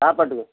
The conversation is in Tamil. சாப்பாட்டுக்கு